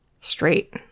straight